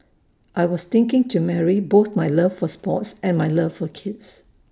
I was thinking to marry both my love for sports and my love for kids